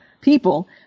people